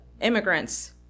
immigrants